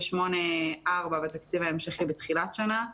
מ-38.4 בתקציב ההמשכי בתחילת שנה ל-47.8,